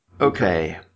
Okay